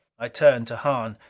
i turned to hahn.